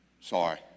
Sorry